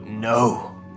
No